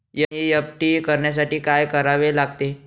NEFT करण्यासाठी काय करावे लागते?